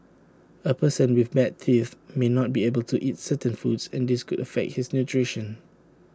A person with bad teeth may not be able to eat certain foods and this could affect his nutrition